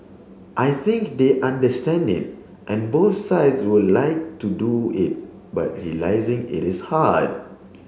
I think they understand it and both sides would like to do it but realising it is hard